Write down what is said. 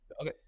Okay